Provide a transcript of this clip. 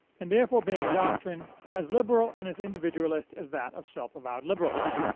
and therefore being a doctrine as liberal and as individualist as that of self-avowed liberals.